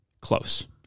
close